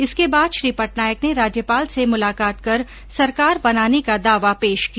इसके बाद श्री पटनायक ने राज्यपाल से मुलाकात कर सरकार बनाने का दावा पेश किया